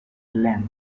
length